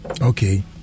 Okay